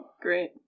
Great